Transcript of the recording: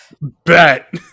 Bet